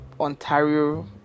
ontario